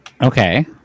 okay